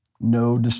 No